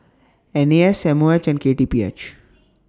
N A S M O H and K T P H